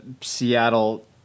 Seattle